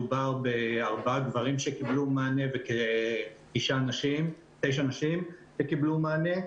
מדובר על ארבעה גברים שקיבלו מענה ותשע נשים שקיבלו מענה.